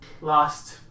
lost